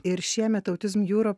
ir šiemet autism europe